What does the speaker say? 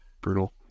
brutal